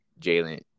Jalen